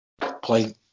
play –